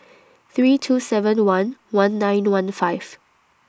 three two seven one one nine one five